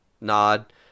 nod